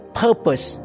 purpose